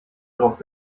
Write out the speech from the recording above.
drauf